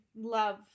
love